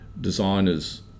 designers